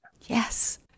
Yes